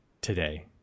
today